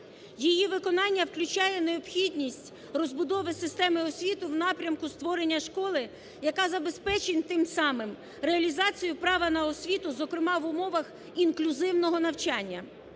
Її виконання включає необхідність розбудови системи освіти в напрямку створення школи, яка забезпечить тим самим реалізацію права на освіту, зокрема, в умовах інклюзивного навчання.